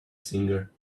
singer